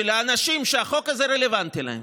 האנשים שהחוק הזה רלוונטי להם,